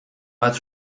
bat